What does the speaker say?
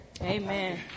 Amen